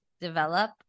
develop